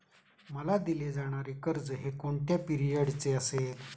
मला दिले जाणारे कर्ज हे कोणत्या पिरियडचे असेल?